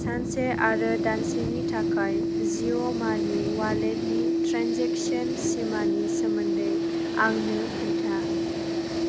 सानसे आरो दानसेनि थाखाय जिय' मानि वालेटनि ट्रेन्जेकसन सिमानि सोमोन्दै आंनो खोन्था